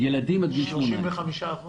35%